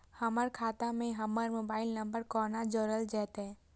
हमर खाता मे हमर मोबाइल नम्बर कोना जोरल जेतै?